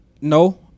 no